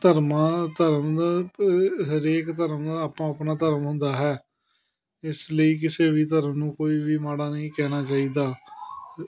ਧਰਮਾਂ ਧਰਮ ਹਰੇਕ ਧਰਮ ਆਪਾਂ ਆਪਣਾ ਧਰਮ ਹੁੰਦਾ ਹੈ ਇਸ ਲਈ ਕਿਸੇ ਵੀ ਧਰਮ ਨੂੰ ਕੋਈ ਵੀ ਮਾੜਾ ਨਹੀਂ ਕਹਿਣਾ ਚਾਹੀਦਾ